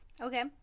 Okay